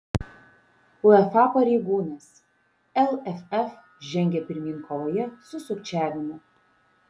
uefa pareigūnas lff žengia pirmyn kovoje su sukčiavimu